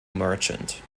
merchant